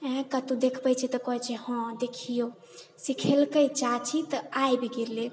आए कतहुँ देखबैत छिऐ तऽ कहैत छै हँ देखिऔ सिखेलकै चाची तऽ आबि गेलै